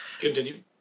Continue